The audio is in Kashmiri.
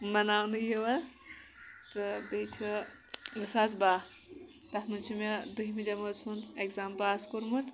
مَناونہٕ یِون تہٕ بیٚیہ چھُ زٕ ساس باہ تَتھ منٛز چھُ مےٚ دٔہمہِ جمٲژ ہُنٛد اٮ۪کزام پاس کوٚرمُت